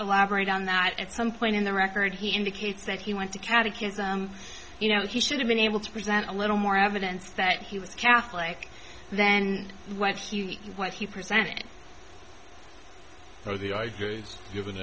elaborate on that at some point in the record he indicates that he went to catechism you know he should have been able to present a little more evidence that he was catholic then what he what he presented so the